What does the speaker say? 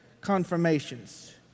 confirmations